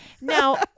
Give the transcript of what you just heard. Now